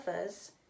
others